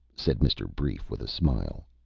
said mr. brief, with a smile.